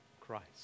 Christ